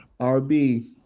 RB